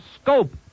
scope